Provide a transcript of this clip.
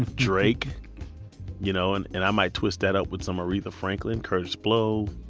and drake. you know and and i might twist that up with some aretha franklin, kurtis blow,